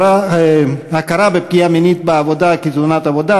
הכרה בפגיעה מינית בעבודה כתאונת עבודה),